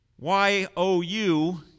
Y-O-U